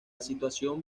situación